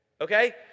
Okay